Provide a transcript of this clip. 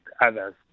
others